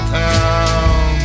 town